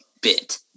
bit